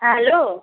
hello